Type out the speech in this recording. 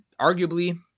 Arguably